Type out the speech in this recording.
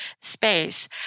space